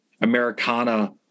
Americana